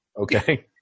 Okay